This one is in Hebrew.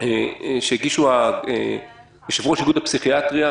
שהגיש יושב-ראש איגוד הפסיכיאטריה,